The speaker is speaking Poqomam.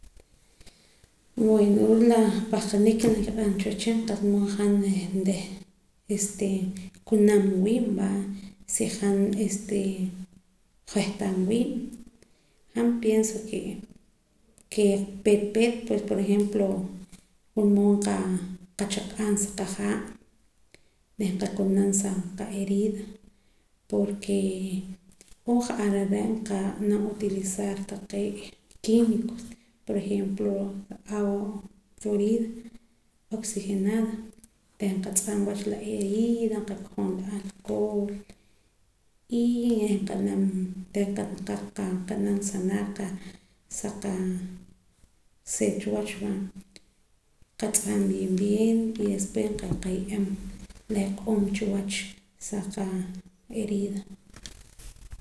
Bueno ruu' la pahqaniik ke naak kiq'aram cha wehchin qa'sa mood han nkunam wiib' va si han nsehtaam wiib' han pienso ke peet pet por ejemplo wula mood nqachaq'aab' sa qa haa' reh nqakunam sa qa herida porke o ja'ar are' nqab'anam utilizar taqee' químicos por ejemplo la agua florida oxigenada reh nqatz'ajam wach la herida nqakojom qa alcohol y reh nqa'nam sanar sa qa seech wach va nqatz'ajam bien bien y despues nqaye'em la eq'oom chiwach sa qa herida